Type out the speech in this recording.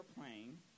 playing